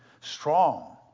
strong